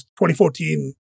2014